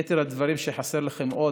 יתר הדברים שחסר לכם עוד,